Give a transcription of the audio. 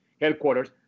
headquarters